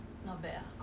fourteen